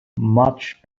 much